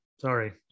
sorry